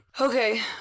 Okay